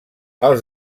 els